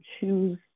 choose